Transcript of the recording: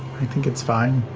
i think it's fine.